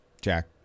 Jack